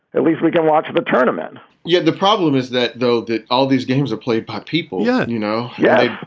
at least we can watch the tournament yet the problem is that though that all these games are played by people. yeah. you know. yeah.